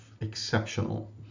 exceptional